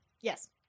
Yes